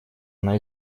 она